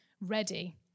ready